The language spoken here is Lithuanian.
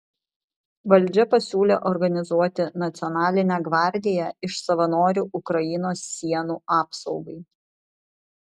valdžia pasiūlė organizuoti nacionalinę gvardiją iš savanorių ukrainos sienų apsaugai